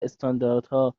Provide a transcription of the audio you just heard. استانداردها